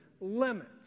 limits